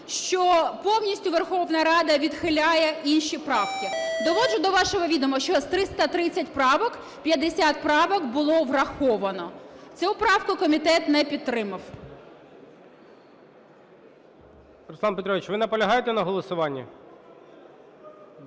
що повністю Верховна Рада відхиляє інші правки. Доводжу до вашого відома, що з 330 правок 50 правок було враховано. Цю правку комітет не підтримав. ГОЛОВУЮЧИЙ. Руслане Петровичу, ви наполягаєте на голосуванні?